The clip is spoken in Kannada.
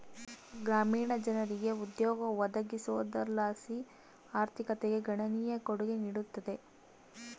ಗ್ರಾಮೀಣ ಜನರಿಗೆ ಉದ್ಯೋಗ ಒದಗಿಸೋದರ್ಲಾಸಿ ಆರ್ಥಿಕತೆಗೆ ಗಣನೀಯ ಕೊಡುಗೆ ನೀಡುತ್ತದೆ